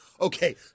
Okay